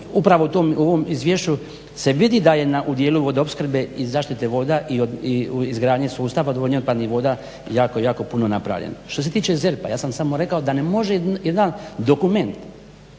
upravo u ovom izvješću se vidi da je u dijelu vodoopskrbe i zaštite voda i u izgradnji sustava odvodnja otpadnih voda jako, jako puno napravljeno. Što se tiče ZERP-a ja sam samo rekao da ne može jedan dokument